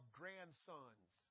grandsons